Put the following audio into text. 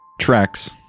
Tracks